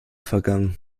vergangen